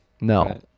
No